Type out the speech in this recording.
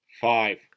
five